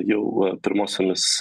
jau pirmosiomis